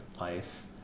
life